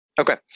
Okay